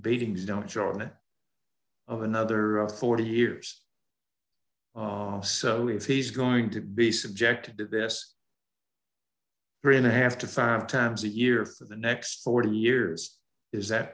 beatings don't join it of another forty years so if he's going to be subjected to this three and a half to five times a year for the next forty years is that